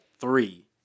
three